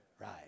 right